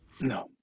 No